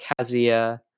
Kazia